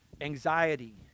anxiety